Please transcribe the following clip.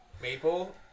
maple